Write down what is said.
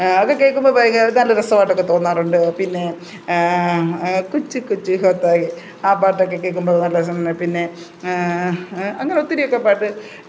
അതൊക്കെ കേൾക്കുമ്പോൾ ഭയങ്കര നല്ല രസമായിട്ടൊക്കെ തോന്നാറുണ്ട് പിന്നെ കുച്ച് കുച്ച് ഹോത്താ ഹെ ആ പാട്ടൊക്കെ കേൾക്കുമ്പോൾ നല്ല രസമുണ്ട് പിന്നെ അങ്ങനെ ഒത്തിരി ഒക്കെ പാട്ട്